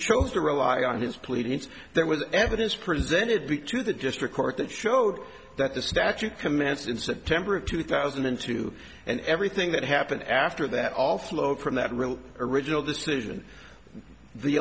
chose to rely on his pleadings there was evidence presented be to the district court that showed that the statute commenced in september of two thousand and two and everything that happened after that all flowed from that real original decision the